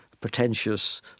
pretentious